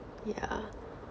yeah